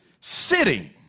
sitting